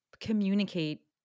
communicate